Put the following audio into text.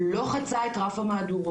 לא חצה את רף המהדורות.